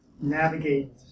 navigate